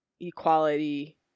equality